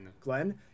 Glenn